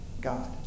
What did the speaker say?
God